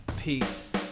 Peace